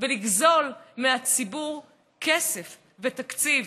ולגזול מהציבור כסף ותקציב?